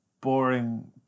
boring